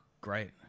great